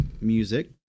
music